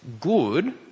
good